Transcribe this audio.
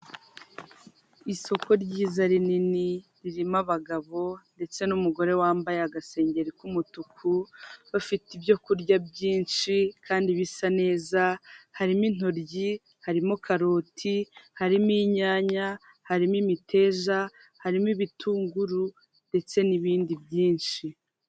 Ndabona umuhanda wa kaburimbo uyu muhanda urimo imodoka ipakiye imizigo ariko itari mu bwoko bwa rukururana, uyu muhanda ku mpande ebyiri zawo hari inzira yahariwe abanyamaguru ku ruhande rwo hepfo rw'uyu muhanda hari ibiti.